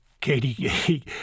katie